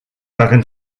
darin